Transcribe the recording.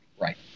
Right